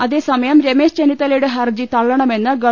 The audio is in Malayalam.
അതേസമയം രമേശ് ചെന്നിത്തലയുടെ ഹർജി തള്ളണ മെന്ന് ഗവ